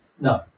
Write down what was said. No